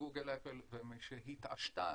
גוגל-אפל ושהתעשתה,